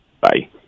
Bye